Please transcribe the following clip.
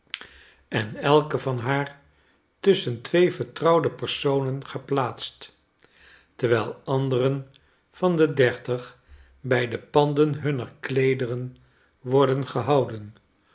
en elke van haar tusschen twee vertrouwde personen geplaatst terwijl andere'n van de dertig bij de panden hunner kleederen worden gehouden